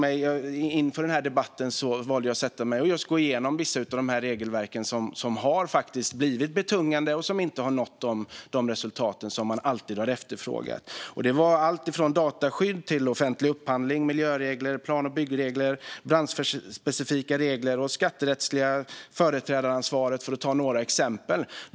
Inför den här debatten valde jag att sätta mig och gå igenom vissa av de regelverk som har blivit betungande och som inte alltid har nått de resultat man efterfrågat. Det var alltifrån dataskydd till offentlig upphandling, miljöregler, plan och byggregler, branschspecifika regler och det skatterättsliga företrädaransvaret, för att ta några exempel.